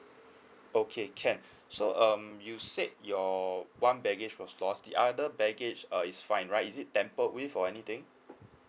okay can so um you said your one baggage was lost the other baggage uh is fine right is it tempered with or anything